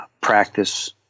practice